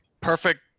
perfect